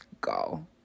go